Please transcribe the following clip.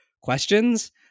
questions